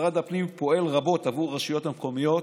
משרד הפנים פועל רבות עבור הרשויות המקומיות